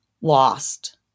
lost